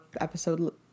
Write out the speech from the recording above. episode